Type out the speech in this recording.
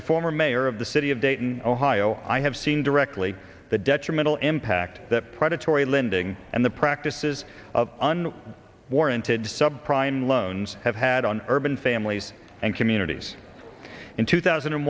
a former mayor of the city of dayton ohio i have seen directly the detrimental impact that predatory lending and the practices of and warranted sub prime loans have had on urban families and communities in two thousand and